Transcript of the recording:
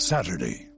Saturday